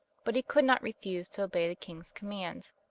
but he could not refuse to obey the king's commands,